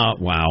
Wow